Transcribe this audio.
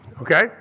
okay